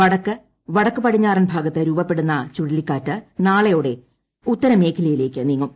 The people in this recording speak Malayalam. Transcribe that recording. വടക്ക് വടക്ക് പടിഞ്ഞാറൻ ഭാഗത്ത് രൂപപ്പെടുന്ന ചുഴലിക്കാറ്റ് നാളെയോടെ ഉത്തരമേഖലയിലേക്ക് നീങ്ങും